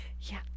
Yeah